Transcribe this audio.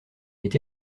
été